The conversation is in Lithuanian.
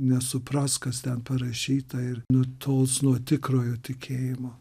nesupras kas ten parašyta ir nutols nuo tikrojo tikėjimo